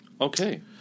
Okay